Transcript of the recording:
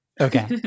Okay